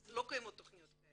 אז לא קיימות תכניות כאלה.